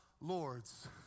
lords